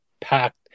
packed